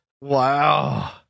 Wow